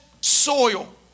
soil